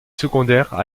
secondaires